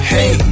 Hey